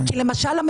למשל,